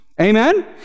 amen